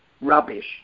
rubbish